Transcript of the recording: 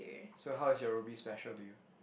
so how is your Ruby special to you